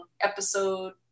episode